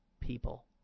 people